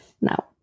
now